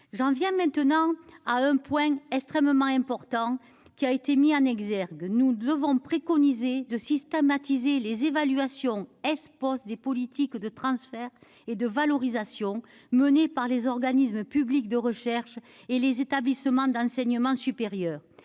J'en viens à un point extrêmement important, qui a été mis en exergue. Nous préconisons de systématiser les évaluations des politiques de transfert et de valorisation menées par les organismes publics de recherche et les établissements d'enseignement supérieur,